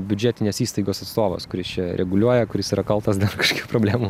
biudžetinės įstaigos atstovas kuris čia reguliuoja kuris yra kaltas dar kažkokių problemų